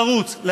לרוץ,